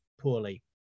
poorly